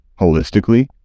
holistically